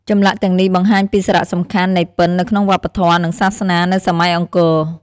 ចម្លាក់ទាំងនេះបង្ហាញពីសារៈសំខាន់នៃពិណនៅក្នុងវប្បធម៌ និងសាសនានៅសម័យអង្គរ។